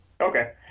Okay